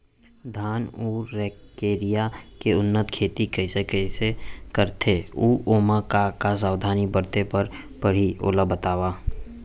धान अऊ रमकेरिया के उन्नत खेती कइसे करथे अऊ ओमा का का सावधानी बरते बर परहि ओला बतावव?